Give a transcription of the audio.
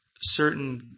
certain